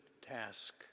task